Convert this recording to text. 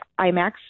IMAX